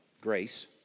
Grace